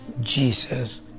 Jesus